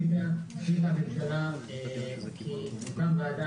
החליטה הממשלה שתוקם ועדה